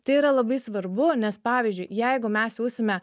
tai yra labai svarbu nes pavyzdžiui jeigu mes siųsime